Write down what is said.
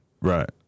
Right